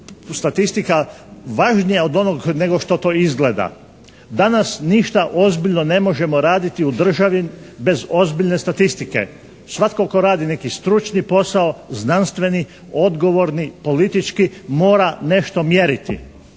statistika važnija od onog nego što to izgleda. Danas ništa ozbiljno ne možemo raditi u državi bez ozbiljne statistike. Svatko tko rad neki stručni posao, znanstveni, odgovorni, politički mora nešto mjeriti.